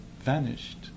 vanished